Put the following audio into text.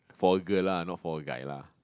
for girl lah not for guy lah